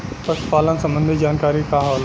पशु पालन संबंधी जानकारी का होला?